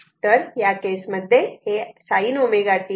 तर या केस मध्ये हे sin ω t आहे